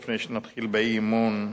לפני שנתחיל באי-אמון,